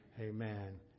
Amen